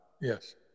Yes